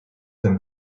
him